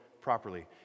properly